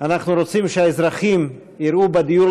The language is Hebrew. אנחנו רוצים שהאזרחים יראו בדיור